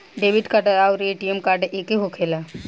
Debit card आउर ATM card एके होखेला?